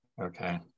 Okay